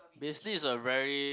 basically it's a very